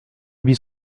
bis